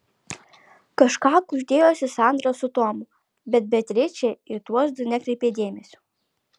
kažką kuždėjosi sandra su tomu bet beatričė į tuos du nekreipė dėmesio